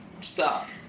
stop